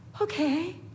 Okay